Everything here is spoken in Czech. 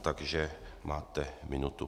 Takže máte minutu.